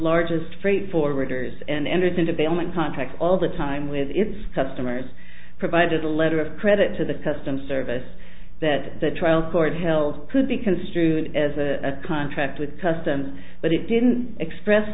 largest freight for readers and entered into bailment contract all the time with its customers provided a letter of credit to the customer service that the trial court held could be construed as a contract with customs but it didn't express